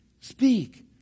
speak